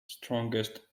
strongest